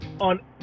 on